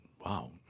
Wow